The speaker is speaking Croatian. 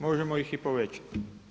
Možemo ih i povećati.